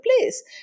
place